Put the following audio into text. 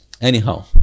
Anyhow